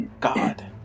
god